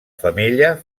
femella